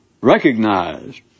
recognized